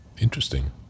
Interesting